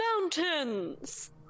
mountains